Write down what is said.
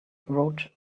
rode